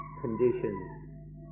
conditions